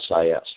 SIS